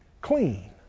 clean